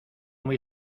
muy